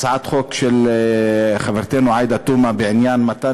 הצעת חוק של חברתנו עאידה תומא בעניין מתן